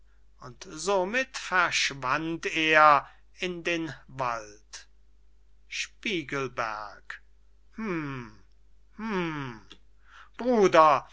und somit verschwand er in den wald spiegelberg hum hum bruder